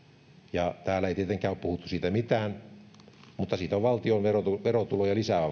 ja täällä ei tietenkään ole puhuttu siitä mitään mutta sillä on valtion verotuloja lisäävä